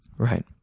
right.